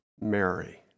Mary